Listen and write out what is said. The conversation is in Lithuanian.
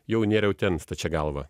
jau nėriau ten stačia galva